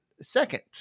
second